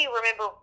remember